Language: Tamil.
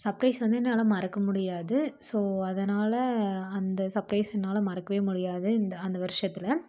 சப்பிரைஸ் வந்து என்னால் மறக்க முடியாது ஸோ அதனால அந்த சப்பிரைஸ் என்னால் மறக்க முடியாது இந்த அந்த வருஷத்தில்